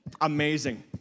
amazing